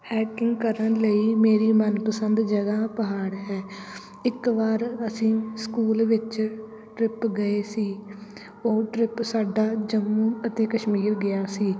hiking ਕਰਨ ਲਈ ਮੇਰੀ ਮਨ ਪਸੰਦ ਜਗ੍ਹਾ ਪਹਾੜ ਹੈ ਇੱਕ ਵਾਰ ਅਸੀਂ ਸਕੂਲ ਵਿੱਚ ਟਰਿੱਪ ਗਏ ਸੀ ਉਹ ਟਰਿੱਪ ਸਾਡਾ ਜੰਮੂ ਅਤੇ ਕਸ਼ਮੀਰ ਗਿਆ ਸੀ